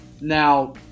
Now